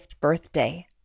birthday